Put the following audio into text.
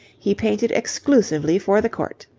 he painted exclusively for the court.